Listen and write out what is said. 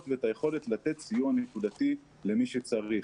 ואת היכולת לתת סיוע נקודתי למי שצריך.